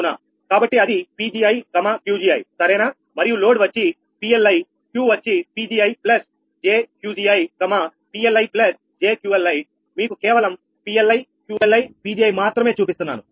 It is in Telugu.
కాబట్టి అది Pgi Qgiసరేనా మరియు లోడ్ వచ్చి PLi Q వచ్చి Pgi jQgi PLijQLi మీకు కేవలంPLi QLi Pgi మాత్రమే చూపిస్తున్నాను